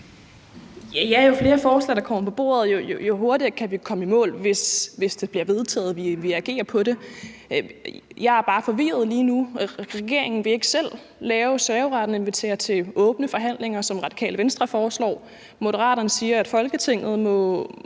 ja, jo flere forslag der kommer på bordet, jo hurtigere kan vi komme i mål, hvis det bliver vedtaget og vi agerer på det. Jeg er bare forvirret lige nu. Regeringen vil ikke selv have serveretten og invitere til åbne forhandlinger, som Radikale Venstre foreslår. Moderaterne siger, at Folketinget må,